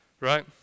right